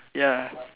ya